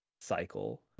cycle